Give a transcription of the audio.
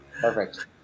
Perfect